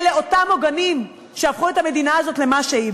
אלה אותם עוגנים שהפכו את המדינה הזאת למה שהיא.